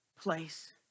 place